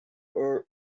red